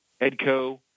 Edco